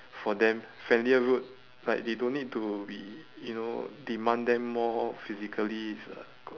for them friendlier route like they don't need to be you know demand them more physically it's a g~